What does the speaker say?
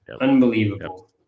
Unbelievable